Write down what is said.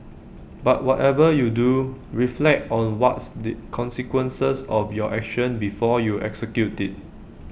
but whatever you do reflect on what's the consequences of your action before you execute IT